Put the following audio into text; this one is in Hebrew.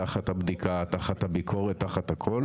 תחת הבדיקה, תחת הביקורת, תחת הכול